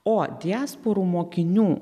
o diasporų mokinių